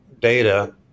data